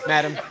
Madam